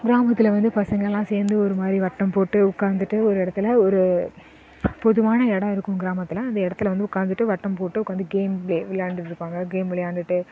கிராமத்தில் வந்து பசங்கள்லாம் சேர்ந்து ஒரு மாதிரி வட்டம் போட்டு உட்காந்துட்டு ஒரு இடத்துல ஒரு பொதுவான இடம் இருக்கும் கிராமத்தில் அந்த இடத்துல வந்து உட்காந்துட்டு வட்டம் போட்டு உட்காந்து கேம் வெ விளாண்டுட்டு இருப்பாங்க கேம் விளையாண்டுட்டு